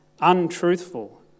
untruthful